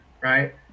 right